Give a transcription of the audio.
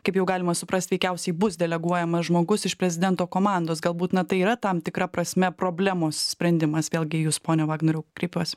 kaip jau galima suprast veikiausiai bus deleguojamas žmogus iš prezidento komandos galbūt na tai yra tam tikra prasme problemos sprendimas vėlgi į jūs pone vagnoriau kreipiuosi